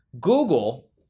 Google